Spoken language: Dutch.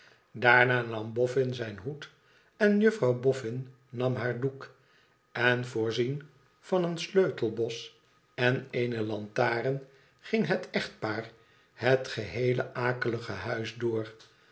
daarna nam bofen zijn hoed en juffrouw bofhn nam haar doek en voorzien van een sleutelbos en eene lantaren gin het echtpaar het geheele akelige huis door